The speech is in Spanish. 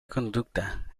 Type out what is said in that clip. conducta